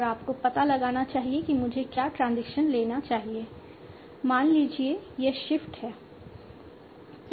और आपको पता लगाना चाहिए कि मुझे क्या ट्रांजिशन लेना चाहिए मान लीजिए यह शिफ्ट है